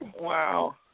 Wow